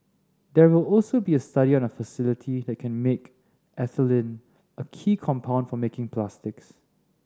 there will also be a study on a facility that can make ethylene a key compound for making plastics